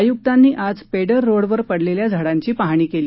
आयुकांनी आज पेडर रोडवर पडलेल्या झाडांची पाहणी केली